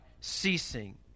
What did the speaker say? ceasing